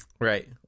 Right